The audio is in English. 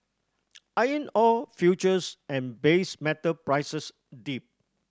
iron ore futures and base metal prices dipped